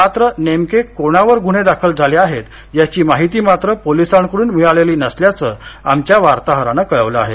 मात्र नेमके कोणावर गुन्हे दाखल झाले आहेत याची माहिती मात्र पोलिसांकडून मिळालेली नसल्याचं आमच्या वार्ताहरानं कळवलं आहे